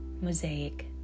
mosaic